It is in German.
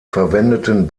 verwendeten